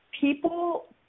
people